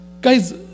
Guys